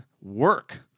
work